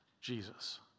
Jesus